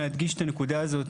הנקודה הזאת,